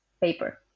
paper